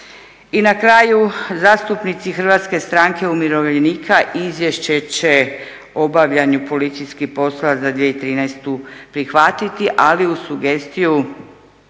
I na kraju zastupnici Hrvatske stranke umirovljenika izvješće će o obavljanju policijskih poslova za 2013. prihvatiti ali uz sugestiju